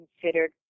considered